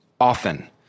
often